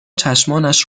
چشمانش